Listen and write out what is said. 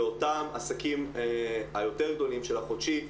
אותם עסקים היותר גדולים של החודשי,